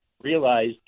realized